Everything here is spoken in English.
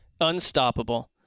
unstoppable